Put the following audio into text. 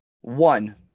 One